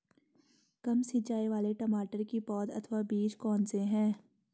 कम सिंचाई वाले टमाटर की पौध अथवा बीज कौन से हैं?